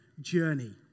journey